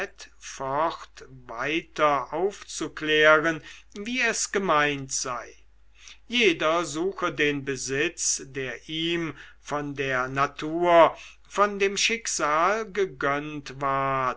weiter aufzuklären wie es gemeint sei jeder suche den besitz der ihm von der natur von dem schicksal gegönnt ward